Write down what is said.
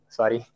sorry